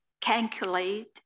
calculate